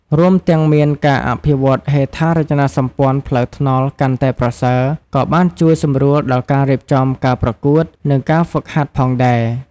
រួមទាំងមានការអភិវឌ្ឍហេដ្ឋារចនាសម្ព័ន្ធផ្លូវថ្នល់កាន់តែប្រសើរ ក៏បានជួយសម្រួលដល់ការរៀបចំការប្រកួត និងការហ្វឹកហាត់ផងដែរ។